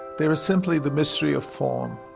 there is simply the mystery of form.